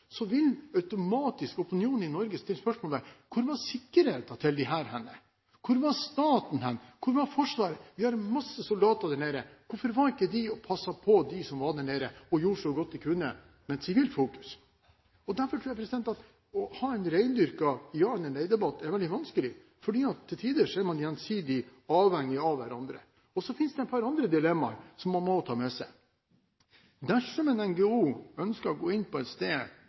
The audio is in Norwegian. så godt de kunne? Derfor tror jeg at å ha en rendyrket ja- eller nei-debatt er veldig vanskelig, for til tider er man gjensidig avhengig av hverandre. Så finnes det et par andre dilemmaer som man må ta med seg. Dersom en NGO ønsker å gå inn i en region eller et